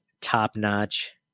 top-notch